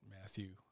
Matthew